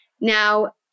Now